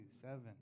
Seven